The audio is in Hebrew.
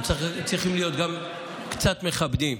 הם צריכים להיות גם קצת מכבדים.